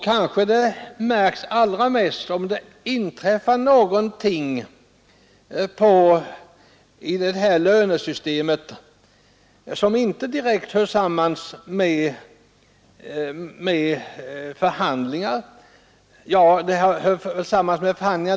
Kanske märks orättvisan allra mest om det inträffar någonting i lönesystemet som inte direkt har samband med lönegraderna.